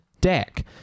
deck